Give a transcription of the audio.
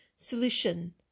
solution